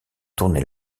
tournait